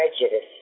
prejudice